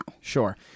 sure